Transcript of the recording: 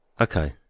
Okay